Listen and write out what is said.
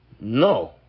No